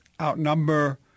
outnumber